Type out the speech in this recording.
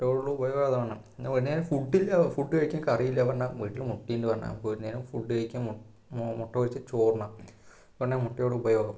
മുട്ട കൊണ്ടുള്ള ഉപയോഗം അതാണ് പിന്നെ വൈകുന്നേരം ഫുഡില്ല ഫുഡ് കഴിക്കാൻ കറിയില്ല പറഞ്ഞാൽ വീട്ടിൽ മുട്ട ഉണ്ട് പറഞ്ഞാൽ നമുക്ക് ഒരുനേരം ഫുഡ് കഴിക്കാൻ മുട്ടപൊരിച്ച് ചോറുണ്ണാം മുട്ടയുടെ ഉപയോഗം